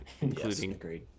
including